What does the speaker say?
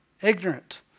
ignorant